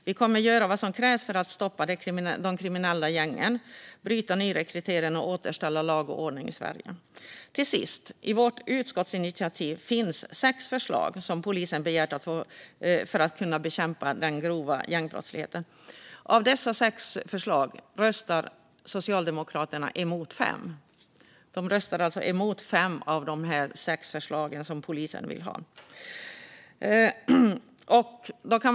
Vi kommer att göra vad som krävs för att stoppa de kriminella gängen, bryta nyrekryteringen och återställa lag och ordning i Sverige. Till sist: I vårt utskottsinitiativ finns sex förslag på åtgärder som polisen begär för att kunna bekämpa den grova gängkriminaliteten. Av dessa sex förslag röstar Socialdemokraterna emot fem. De röstar alltså emot fem av de sex åtgärder som polisen vill ha.